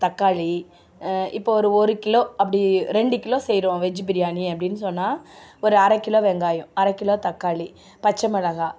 தக்காளி இப்போ ஒரு ஒரு கிலோ அப்படி ரெண்டு கிலோ செய்கிறோம் வெஜ்ஜு பிரியாணி அப்படின்னு சொன்னால் ஒரு அரை கிலோ வெங்காயம் அரை கிலோ தக்காளி பச்சை மிளகாய்